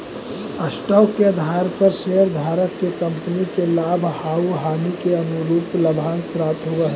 stock के आधार पर शेयरधारक के कंपनी के लाभ आउ हानि के अनुरूप लाभांश प्राप्त होवऽ हई